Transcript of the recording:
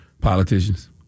politicians